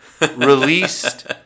released